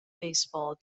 baseball